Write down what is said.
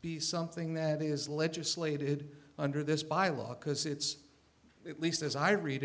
be something that is legislated under this by law because it's at least as i read